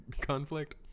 conflict